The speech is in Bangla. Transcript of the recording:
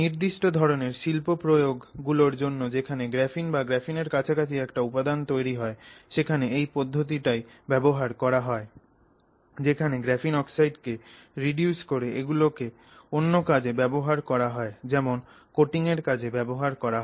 নির্দিষ্ট ধরনের শিল্প প্রয়োগ গুলোর জন্য যেখানে গ্রাফিন বা গ্রাফিনের কাছাকাছি একটা উপাদান তৈরি হয় সেখানে এই পদ্ধতিটাই ব্যবহার করা হয় যেখানে গ্রাফিন অক্সাইড কে রিডিউস করে এগুলোকে অন্য কাজে ব্যবহার করা হয় যেমন কোটিং এর কাজে ব্যাবহার করা হয়